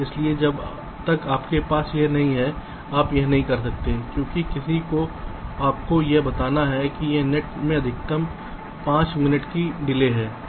इसलिए जब तक आपके पास यह नहीं है आप यह नहीं कर सकते क्योंकि किसी को आपको यह बताना है कि इस नेट में अधिकतम 5 मिनट की देरी है